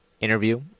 interview